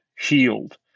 healed